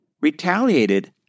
retaliated